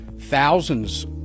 Thousands